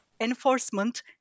Enforcement